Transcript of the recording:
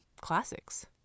classics